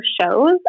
shows